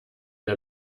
der